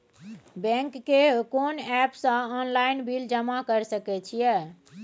Bank के कोन app से ऑनलाइन बिल जमा कर सके छिए?